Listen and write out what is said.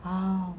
ah